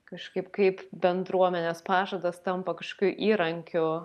kažkaip kaip bendruomenės pažadas tampa kažkokiu įrankiu